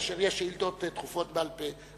כאשר יש שאילתות דחופות בעל-פה,